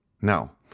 Now